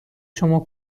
شما